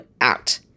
out